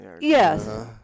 Yes